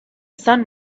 sun